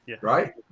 Right